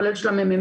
כולל של הממ"מ,